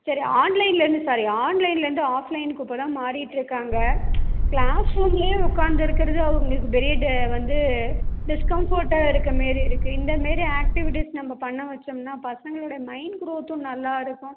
சரி ஆன்லைன்லேருந்து சாரி ஆன்லைனில் இருந்து ஆஃப்லைனுக்கு இப்போதான் மாறிட்டிருக்காங்க கிளாஸ்ரூம்லேயே உக்காந்து இருக்கிறது அவங்களுக்கு பெரிய வந்து டிஸ்கம்ஃபர்ட்டாக இருக்கமாரி இருக்குது இந்தமாரி ஆக்டிவிட்டீஸ் நம்ம பண்ண வச்சோம்னா பசங்களோட மைண்ட் க்ரோத்தும் நல்லாயிருக்கும்